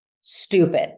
stupid